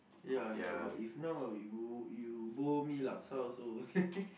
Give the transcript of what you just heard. ya if not we what we you bowl me laksa also